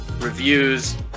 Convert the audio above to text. reviews